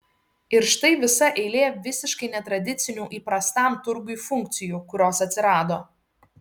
ir štai visa eilė visiškai netradicinių įprastam turgui funkcijų kurios atsirado